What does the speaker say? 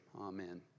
amen